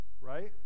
Right